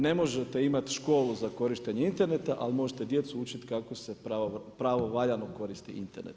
Ne možete imati školu za korištenje interneta, ali možete djecu učiti kako se pravovaljano koristi Internet.